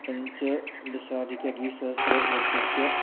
पञ्चदशाधिकद्विसहस्रतमवर्षस्य